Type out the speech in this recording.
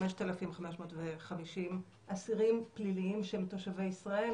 5,550 אסירים פליליים שהם תושבי ישראל.